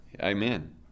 Amen